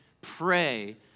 pray